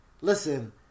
listen